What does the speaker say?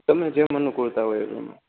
તમને જેમ અનુકૂળતા હોય એનું